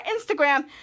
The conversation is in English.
Instagram